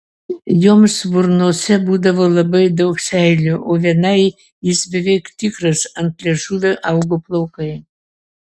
joms burnose būdavo labai daug seilių o vienai jis beveik tikras ant liežuvio augo plaukai